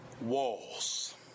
walls